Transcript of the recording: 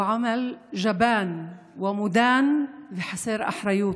(אומרת בערבית: מעשה מוג ומגונה) וחסר אחריות.